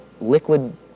liquid